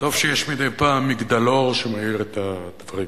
טוב שיש מדי פעם מגדלור שמאיר את הדברים.